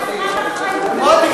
חסרת אחריות,